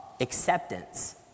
acceptance